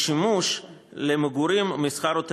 לשימוש למגורים, מסחר או תיירות.